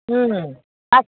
उम हाब